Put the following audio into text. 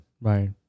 right